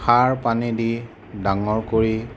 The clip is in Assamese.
সাৰ পানী দি ডাঙৰ কৰি